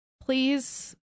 please